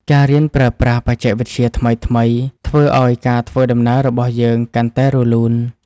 ការរៀនប្រើប្រាស់បច្ចេកវិទ្យាថ្មីៗ ធ្វើឱ្យការធ្វើដំណើររបស់យើងកាន់តែរលូន។